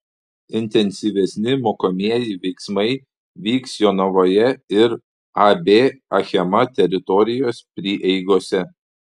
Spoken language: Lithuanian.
intensyvesni mokomieji veiksmai vyks jonavoje ir ab achema teritorijos prieigose